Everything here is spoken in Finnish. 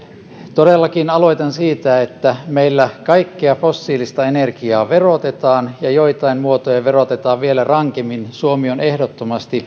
todellakin aloitan siitä että meillä kaikkea fossiilista energiaa verotetaan ja joitain muotoja verotetaan vielä rankemmin suomi on ehdottomasti